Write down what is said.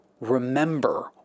remember